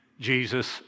Jesus